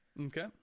okay